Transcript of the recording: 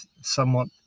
somewhat